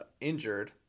injured